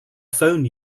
phone